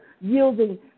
yielding